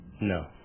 no